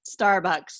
Starbucks